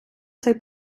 цей